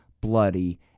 bloody